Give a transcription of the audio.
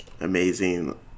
amazing